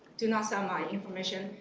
do not sell my information,